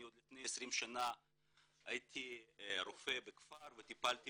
אני לפני 20 שנה הייתי רופא בכפר וטיפלתי